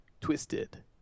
twisted